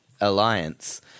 Alliance